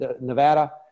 Nevada